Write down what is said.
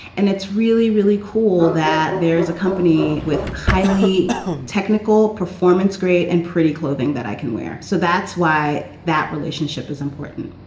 and it's really, really cool that there is a company with highly technical performance, great and pretty clothing that i can wear. so that's why that relationship is important.